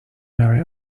marry